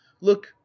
look